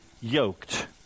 yoked